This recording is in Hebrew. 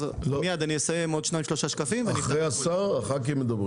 אני אסיים עוד שניים-שלושה שקפים --- אחרי השר מדברים חה"כים.